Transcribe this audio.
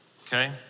okay